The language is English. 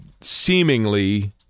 seemingly